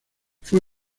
fue